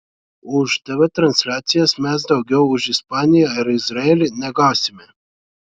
už tv transliacijas mes daugiau už ispaniją ar izraelį negausime